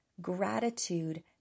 gratitude